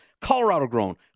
Colorado-grown